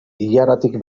ilaratik